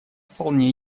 вполне